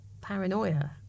paranoia